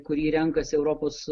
kurį renkasi europos